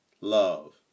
love